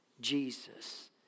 Jesus